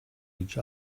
each